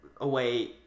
away